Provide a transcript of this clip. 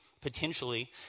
potentially